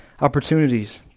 opportunities